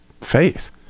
faith